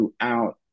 throughout